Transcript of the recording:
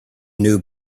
new